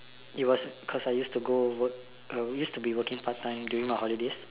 it was cause I used to go work I used to be working part time during the holidays